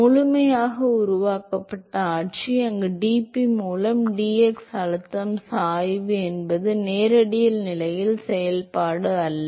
முழுமையாக உருவாக்கப்பட்ட ஆட்சி அங்கு dp மூலம் dx அழுத்தம் சாய்வு என்பது ரேடியல் நிலையின் செயல்பாடு அல்ல